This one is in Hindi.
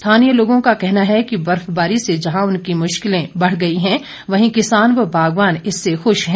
स्थानीय लोगों का कहना है कि बर्फबारी से जहां उनकी मुश्किलें बढ़ गई है वहीं किसान व बागवान इससे खुश हैं